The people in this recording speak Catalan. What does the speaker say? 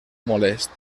molest